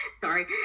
sorry